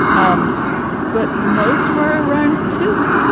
um but most were around two.